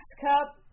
Cup